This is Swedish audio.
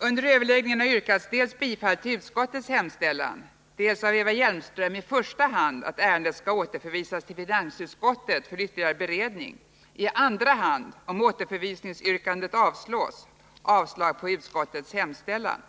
Under överläggningen har yrkats dels bifall till utskottets hemställan, dels, av Eva Hjelmström, i första hand att ärendet skall återförvisas till finansutskottet för ytterligare beredning, i andra hand — om återförvisningsyrkandet avslås — avslag på utskottets hemställan.